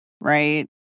right